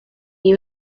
you